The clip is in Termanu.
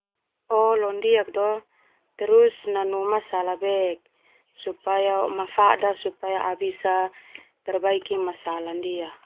Leo ndiak do nanu masalah bek supaya mafada supaya au bisa perbaiki masalah ndia.